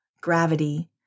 Gravity